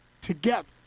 together